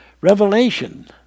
revelation